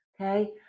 okay